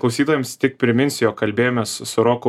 klausytojams tik priminsiu jog kalbėjomės su roku